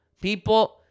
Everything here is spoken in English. people